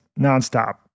nonstop